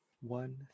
one